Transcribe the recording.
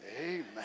amen